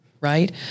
right